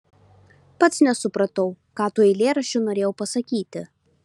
pats nesupratau ką tuo eilėraščiu norėjau pasakyti